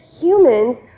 humans